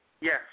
Yes